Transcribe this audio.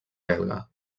belga